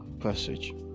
passage